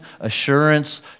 assurance